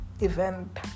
event